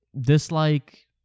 dislike